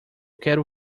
quero